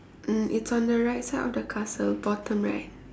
mm it's on the right side of the castle bottom right